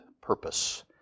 purpose